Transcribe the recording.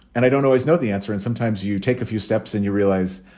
and i don't always know the answer and sometimes you take a few steps and you realize,